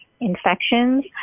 infections